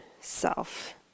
self